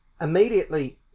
immediately